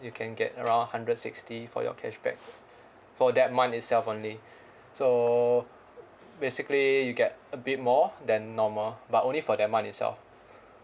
you can get around hundred sixty for your cashback for that one itself only so basically you get a bit more than normal but only for that month itself